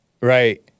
Right